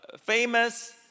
famous